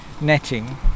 netting